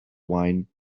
wine